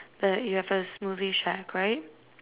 the you've a smoothie shack right